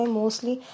mostly